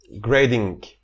grading